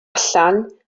allan